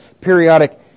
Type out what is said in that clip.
periodic